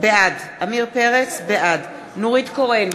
בעד נורית קורן,